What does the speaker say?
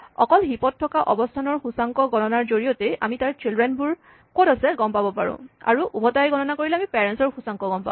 অকল হিপ ত থকা অৱস্হানৰ সূচাংক গণনাৰ জৰিয়তেই আমি তাৰ চিল্ড্ৰেন বোৰ ক'ত আছে গম পাম আৰু উভতাই গণনা কৰিলে আমি পেৰেন্ট ৰ সূচাংক পাম